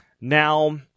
now